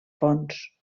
fons